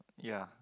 yea